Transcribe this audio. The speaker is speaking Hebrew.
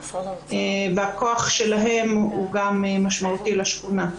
והכוח שלהם הוא גם משמעותי לשכונה.